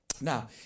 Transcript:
Now